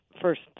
first